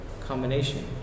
combination